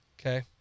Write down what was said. Okay